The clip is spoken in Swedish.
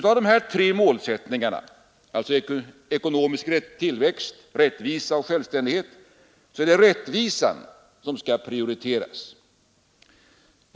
Av dessa tre målsättningar, alltså ekonomisk tillväxt, rättvisa och självständighet, är det rättvisan som skall prioriteras.